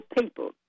people